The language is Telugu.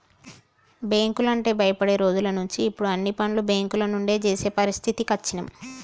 బ్యేంకులంటే భయపడే రోజులనుంచి ఇప్పుడు అన్ని పనులు బ్యేంకుల నుంచే జేసే పరిస్థితికి అచ్చినం